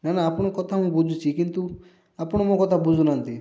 ନା ନା ଆପଣଙ୍କ କଥା ମୁଁ ବୁଝୁଛି କିନ୍ତୁ ଆପଣ ମୋ କଥା ବୁଝୁନାହାନ୍ତି